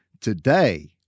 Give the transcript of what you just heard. today